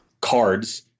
cards